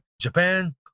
Japan